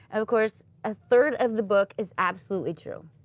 of course, a third of the book is absolutely true.